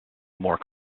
more